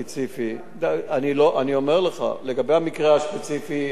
היו השפלות,